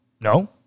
No